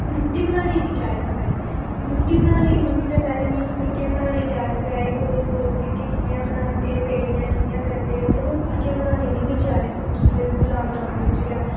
फिर रुट्टी बनाने दी जाच सखाई रुट्टी बनाने दी मम्मी नै पैह्लें मिगी फुल्के बनाने दी जाच सखाई कि गोल गोल फुलके कि'यां बनांदे पेड़ियां कि'यां करदे ते में ओह् फुल्के बनाने दी बी जाच सिक्खी लाकडाऊन बिच गै